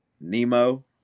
Nemo